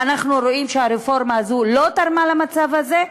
אנחנו רואים שהרפורמה הזו לא תרמה למצב הזה,